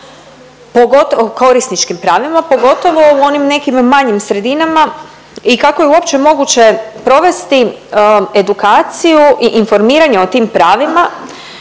korisničkim pravima, pogotovo u onim nekim manjim sredinama i kako je uopće moguće provesti edukaciju i informiranje o tim pravima